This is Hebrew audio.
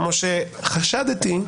כמו שחשדתי,